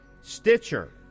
Stitcher